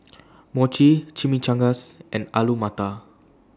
Mochi Chimichangas and Alu Matar